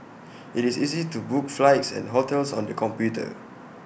IT is easy to book flights and hotels on the computer